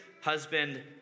husband